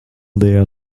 there